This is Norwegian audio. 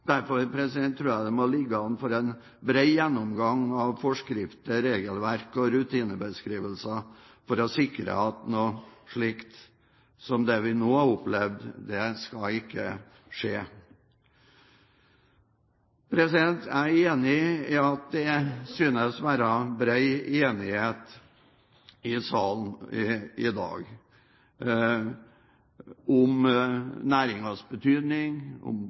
an til en bred gjennomgang av forskrifter, regelverk og rutinebeskrivelser for å sikre at noe slikt som det vi nå har opplevd, ikke skal skje. Jeg er enig i at det synes å være bred enighet i salen i dag om næringens betydning, om